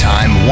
Time